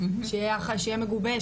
שיהיה מגובה,